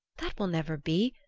that will never be,